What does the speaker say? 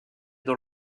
dans